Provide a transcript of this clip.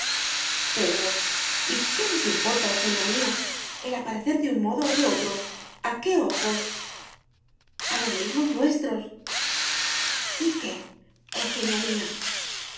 pero y qué nos importa eugenia mía el aparecer de un modo o de otro a qué ojos a los mismos nuestros y qué eugenia mía